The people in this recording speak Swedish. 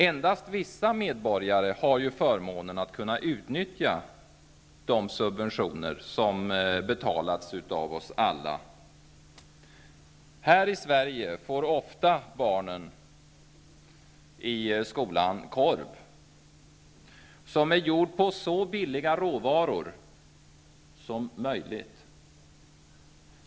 Endast vissa medborgare har förmånen att kunna utnyttja de subventioner som har betalats av oss alla. Här i Sverige får barnen i skolan ofta korv, som är gjord på så billiga råvaror som möjligt.